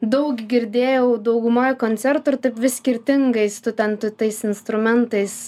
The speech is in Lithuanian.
daug girdėjau daugumoje koncertų ir taip vis skirtingais tu ten tu tais instrumentais